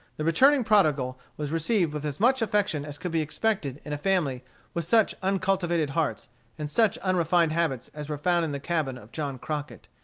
the returning prodigal was received with as much affection as could be expected in a family with such uncultivated hearts and such unrefined habits as were found in the cabin of john crockett.